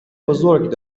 بزرگ